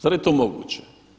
Zar je to moguće?